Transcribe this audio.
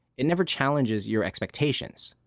it never challenges your expectations.